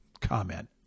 comment